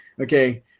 Okay